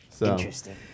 Interesting